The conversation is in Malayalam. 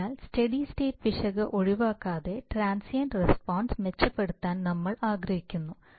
അതിനാൽ സ്റ്റെഡി സ്റ്റേറ്റ് പിശക് ഒഴിവാക്കാതെ ട്രാൻസിയൻറ്റ് റെസ്പോൺസ് മെച്ചപ്പെടുത്താൻ നമ്മൾ ആഗ്രഹിക്കുന്നു